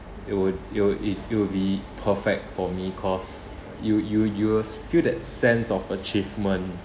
it will it will it it will be perfect for me cause you you you will s~ feel that sense of achievement